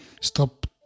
Stop